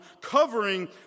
covering